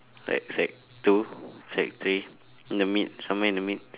like sec two sec three in the mid somewhere in the mid